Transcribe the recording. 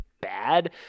bad